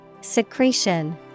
Secretion